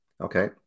okay